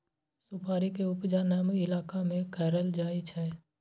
सुपारी के उपजा नम इलाका में करल जाइ छइ